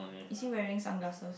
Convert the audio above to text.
is he wearing sunglasses